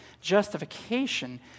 Justification